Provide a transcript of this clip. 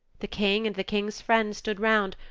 the king and the king's friends stood round,